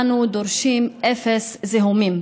אנו דורשים אפס זיהומים.